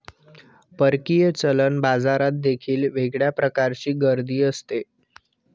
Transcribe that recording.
परकीय चलन बाजारात देखील वेगळ्या प्रकारची गर्दी असते